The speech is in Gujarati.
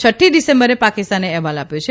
છઠ્ઠી ડીસેમ્બરે પાકિસ્તાને અહેવાલ આપ્યો છે